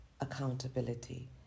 accountability